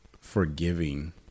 forgiving